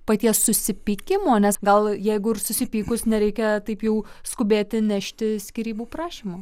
paties susipykimo nes gal jeigu ir susipykus nereikia taip jau skubėti nešti skyrybų prašymų